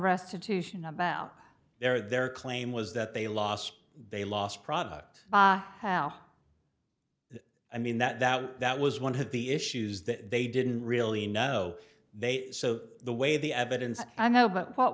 restitution about their their claim was that they lost they lost product now i mean that that was one of the issues that they didn't really know they so the way the evidence i know but what